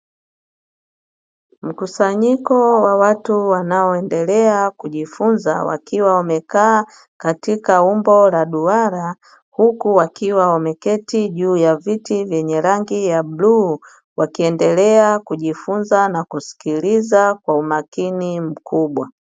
Mkusanyiko wa watu wanaoendelea kujifunza wakiwa wamekaa katika umbo la duara, huku wakiwa wameketi juu ya viti vyenye rangi ya bluu wakiendelea kujifunza na kusikiliza kwa umakini mkubwa.